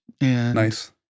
Nice